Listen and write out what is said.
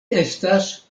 estas